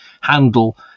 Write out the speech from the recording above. handle